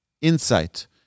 insight